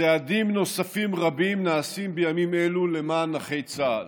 צעדים נוספים רבים נעשים בימים אלו למען נכי צה"ל,